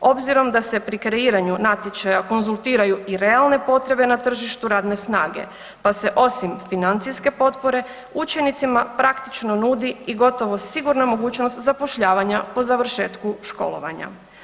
Obzirom da se pri kreiranju natječaja konzultiraju i realne potrebe na tržištu radne snage, pa se osim financijske potpore, učenicima praktično nudi i gotovo sigurna mogućnost zapošljavanja po završetku školovanja.